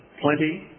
plenty